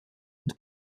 und